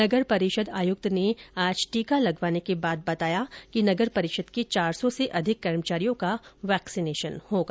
नगर परिषद आयुक्त ने आज टीका लगवाने के बाद बताया कि नगर परिषद के चार सौ से अधिक कर्मचारियों का वैक्सीनेशन होगा